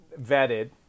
vetted